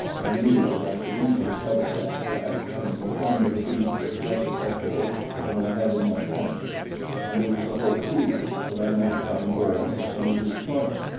i knew that i could easily cover caspak and return to the beach with less petrol than i had in my tanks and there was the hope, too, that i might find bowen or some of his party.